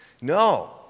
No